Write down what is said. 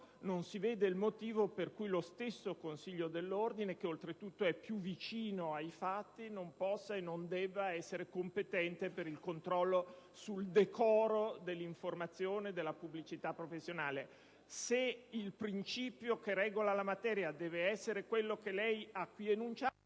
non si vede il motivo per cui lo stesso Consiglio dell'Ordine che, oltretutto è più vicino ai fatti, non possa e non debba essere competente per il controllo sul decoro dell'informazione della pubblicità professionale. Se il principio che regola la materia dovesse essere quello che lei ha qui enunciato,